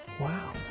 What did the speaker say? Wow